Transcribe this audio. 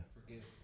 forgive